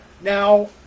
Now